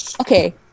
okay